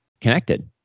connected